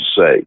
say